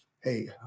Hey